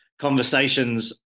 conversations